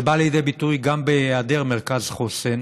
זה בא לידי ביטוי גם בהיעדר מרכז חוסן,